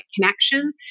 connection